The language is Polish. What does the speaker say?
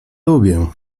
lubię